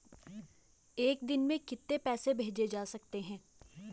एक दिन में कितने पैसे भेजे जा सकते हैं?